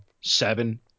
seven